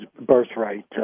birthright